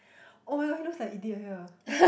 [oh]-my-god he looks like idiot here